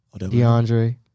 DeAndre